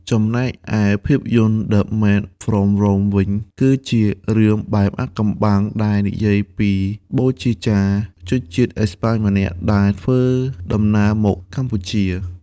ចំណែកឯភាពយន្ត "The Man from Rome" វិញ គឺជារឿងបែបអាថ៌កំបាំងដែលនិយាយពីបូជាចារ្យជនជាតិអេស្ប៉ាញម្នាក់ដែលធ្វើដំណើរមកកម្ពុជា។